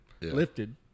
lifted